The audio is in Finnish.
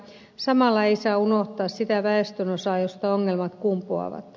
samalla ei saa unohtaa sitä väestönosaa josta ongelmat kumpuavat